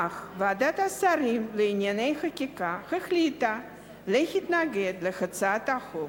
אך ועדת השרים לענייני חקיקה החליטה להתנגד להצעת החוק.